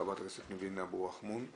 חברת הכנסת ניבין אבו רחמון,